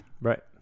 Right